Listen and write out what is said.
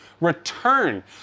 return